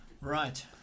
Right